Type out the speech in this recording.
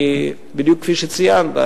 כי בדיוק כפי שציינת,